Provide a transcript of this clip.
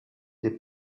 des